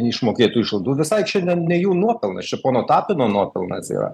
neišmokėtų išlaidų visai čia ne ne jų nuopelnas čia pono tapino nuopelnas yra